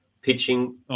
pitching